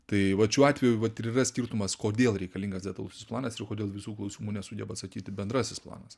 tai vat šiuo atveju vat ir yra skirtumas kodėl reikalingas detalusis planas ir kodėl visų klausimų nesugeba atsakyti bendrasis planas